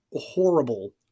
horrible